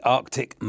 Arctic